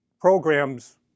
programs